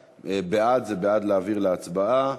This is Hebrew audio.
בעד, זה בעד להעביר לוועדה.